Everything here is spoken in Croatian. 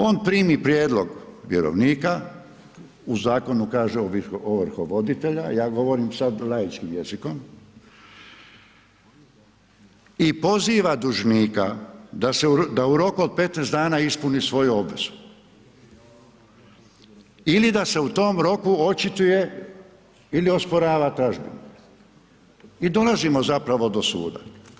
On primi prijedlog vjerovnika, u zakonu kaže ovrhovoditelja, ja govorim sad laičkim jezikom i poziva dužnika da u roku od 15 dana ispuni svoju obvezu ili da se u tom roku očituje ili osporava tražbinu i dolazimo zapravo do suda.